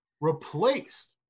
Replaced